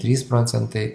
trys procentai